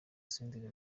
senderi